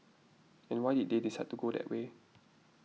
and why did they decide to go that way